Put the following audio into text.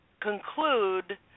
conclude